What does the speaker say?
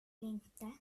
inte